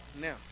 Now